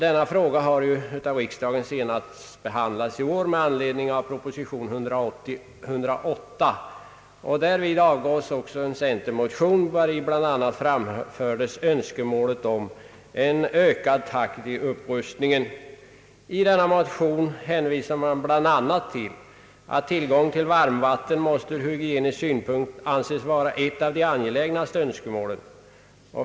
Denna fråga har ju behandlats av riksdagen senast i våras med anledning av proposition nr 108. Därvid avgavs också en centermotion, vari bl.a. framfördes önskemålet om ökad takt i upprustningen. I denna motion hänvisar man bl.a. till att tillgång till varmvatten ur hygienisk synpunkt måste anses vara ett av de angelägnaste önskemålen.